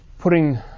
putting